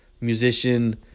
musician